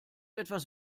etwas